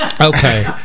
Okay